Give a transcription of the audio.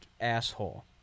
asshole